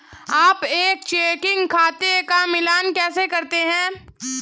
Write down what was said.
आप एक चेकिंग खाते का मिलान कैसे करते हैं?